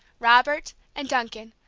robert, and duncan,